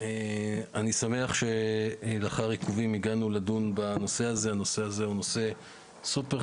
אני שמח שלאחר עיכובים הגענו לדון בנושא הזה שהוא מאוד חשוב.